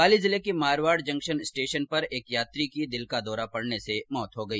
पाली जिले के Marwar junction station पर एक यात्री की दिल का दौरा पड़ने से मौत हो गई